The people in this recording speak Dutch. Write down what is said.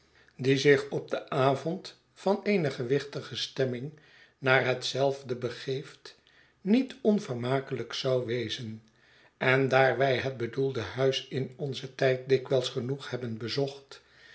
die zich op den avond van eene gewichtige stemming naar hetzelve begeeft niet onvermakelijk zou wezen en daar wij het bedoelde ruis in onzen tijd dikwijls genoeg hebben bezocht